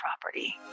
property